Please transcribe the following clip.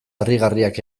harrigarriak